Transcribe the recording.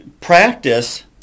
practice